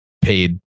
paid